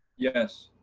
yes.